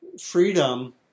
freedom